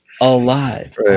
alive